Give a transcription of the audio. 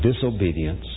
disobedience